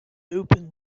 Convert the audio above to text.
open